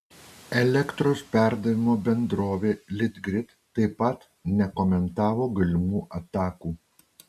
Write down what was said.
elektros perdavimo bendrovė litgrid taip pat nekomentavo galimų atakų